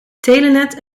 telenet